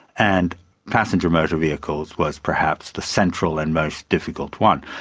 and passenger motor vehicles was perhaps the central and most difficult one.